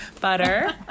Butter